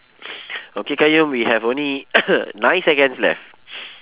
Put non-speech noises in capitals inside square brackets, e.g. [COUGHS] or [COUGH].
[NOISE] okay qayyum we have only [COUGHS] nine seconds left [NOISE]